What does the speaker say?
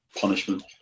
punishment